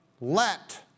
let